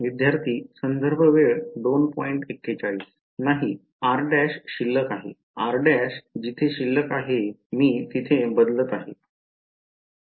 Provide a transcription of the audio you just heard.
विद्यार्थी नाही r' शिल्लक आहे r'जिथे शिल्लक आहे मी तिथे बदलत आहे